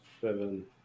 Seven